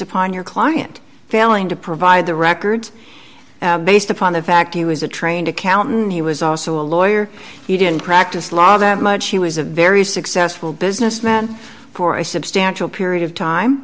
your client failing to provide the records based upon the fact he was a trained accountant he was also a lawyer he didn't practice law that much he was a very successful businessman for a substantial period of time